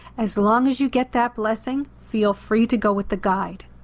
as long as you get that blessing, feel free to go with the guide.